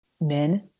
men